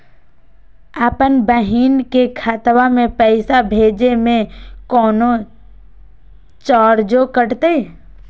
अपन बहिन के खतवा में पैसा भेजे में कौनो चार्जो कटतई?